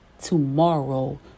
tomorrow